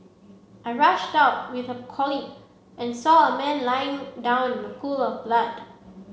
I rushed out with a colleague and saw a man lying down in a pool of blood